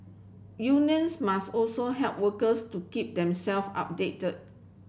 unions must also help workers to keep them self updated